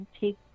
take